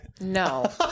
No